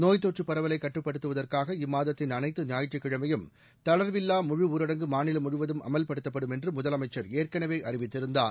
நோய்த் தொற்றுப் பரவலை கட்டுப்படுத்துவதற்காக இம்மாதத்தின் அனைத்து ஞாயிற்றுக்கிழமையும் தளர்வில்லா முழுஊரடங்கு மாநிலம் முழுவதும் அமல்படுத்தப்படும் என்று முதலமைச்சர் ஏற்களவே அறிவித்திருந்தார்